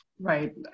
Right